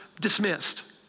dismissed